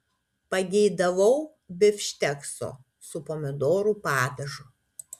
pageidavau bifštekso su pomidorų padažu